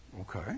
Okay